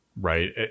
right